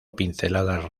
pinceladas